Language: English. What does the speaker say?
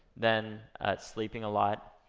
then sleeping a lot